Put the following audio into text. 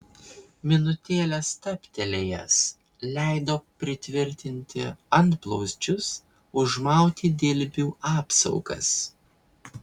minutėlę stabtelėjęs leido pritvirtinti antblauzdžius užmauti dilbių apsaugas